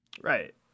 Right